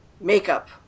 makeup